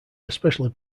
especially